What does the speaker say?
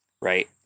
right